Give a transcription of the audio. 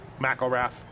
McElrath